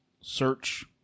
search